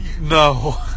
No